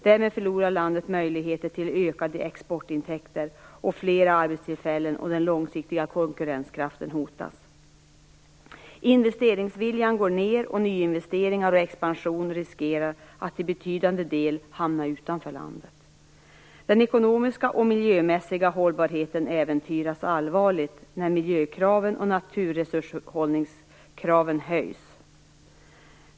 Därmed förlorar landet möjligheter till ökade exportintäkter och flera arbetstillfällen, och den långsiktiga konkurrenskraften hotas. Investeringsviljan går ned, och nyinvesteringar och expansion riskerar att i betydande del hamna utanför landet. Den ekonomiska och miljömässiga hållbarheten äventyras allvarligt när miljökraven och naturresurshushållningskraven höjs.